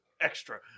Extra